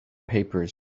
papers